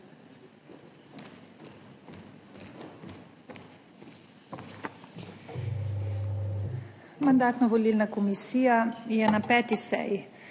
Mandatno-volilna komisija je na 5. seji